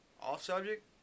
off-subject